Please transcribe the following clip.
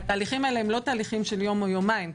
אלה לא תהליכים של יום או יומיים,